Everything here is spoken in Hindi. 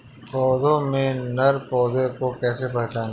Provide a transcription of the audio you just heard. पौधों में नर पौधे को कैसे पहचानें?